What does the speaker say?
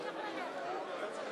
חבר הכנסת